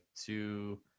two